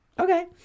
Okay